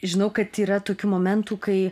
žinau kad yra tokių momentų kai